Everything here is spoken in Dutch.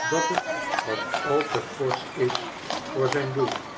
dat het wat al te forsch is voor zijn doel